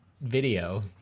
Video